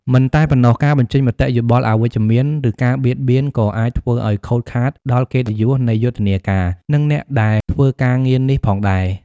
មិនតែប៉ុណ្ណោះ ការបញ្ចេញមតិយោបល់អវិជ្ជមាន ឬការបៀតបៀនក៏អាចធ្វើឲ្យខូចខាតដល់កិត្តិយសនៃយុទ្ធនាការ និងអ្នកដែលធ្វើការងារនេះផងដែរ។